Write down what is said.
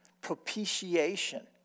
Propitiation